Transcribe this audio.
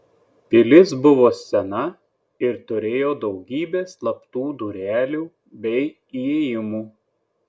pilis buvo sena ir turėjo daugybę slaptų durelių bei įėjimų